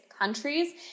countries